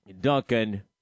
Duncan